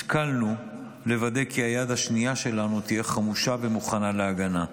השכלנו לוודא כי היד השנייה שלנו תהיה חמושה ומוכנה להגנה.